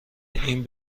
این